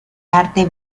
arte